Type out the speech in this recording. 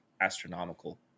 astronomical